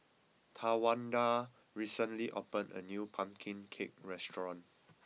Tawanda recently opened a new Pumpkin Cake restaurant